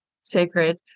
sacred